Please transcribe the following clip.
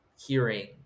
hearing